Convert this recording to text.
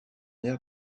aire